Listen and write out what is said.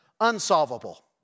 unsolvable